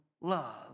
love